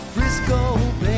Frisco